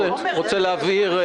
אני רק רוצה להבהיר,